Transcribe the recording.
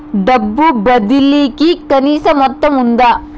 డబ్బు బదిలీ కి కనీస మొత్తం ఉందా?